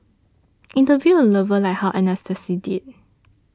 interview your lover like how Anastasia did